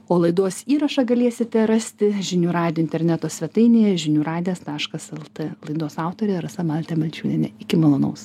o laidos įrašą galėsite rasti žinių radijo interneto svetainėje žinių radijas taškas lt laidos autorė rasa baltė balčiūnienė iki malonaus